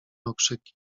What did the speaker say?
okrzyki